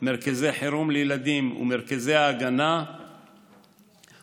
מרכזי חירום לילדים ומרכזי ההגנה הופעלו